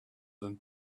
than